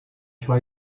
šla